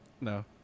No